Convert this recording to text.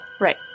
Right